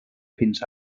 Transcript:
fins